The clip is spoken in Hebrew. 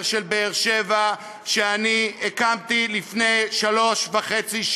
של באר-שבע שאני הקמתי לפני שלוש שנים וחצי.